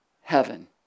heaven